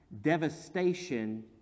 devastation